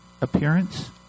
appearance